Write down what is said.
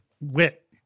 wit